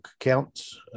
accounts